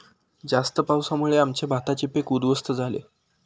जास्त पावसामुळे आमचे भाताचे पीक उध्वस्त झाले